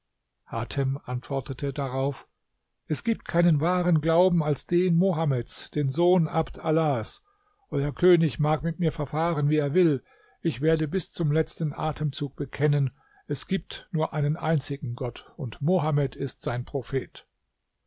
hatem antwortete hierauf es gibt keinen wahren glauben als den mohammeds den sohn abd allahs euer könig mag mit mir verfahren wie er will ich werde bis zum letzten atemzug bekennen es gibt nur einen einzigen gott und mohammed ist sein prophet